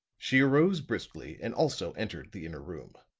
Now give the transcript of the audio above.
she arose briskly and also entered the inner room.